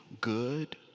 good